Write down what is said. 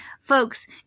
folks